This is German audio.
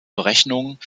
berechnung